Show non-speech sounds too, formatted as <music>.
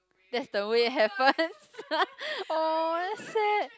that's the way happens <laughs> oh that sad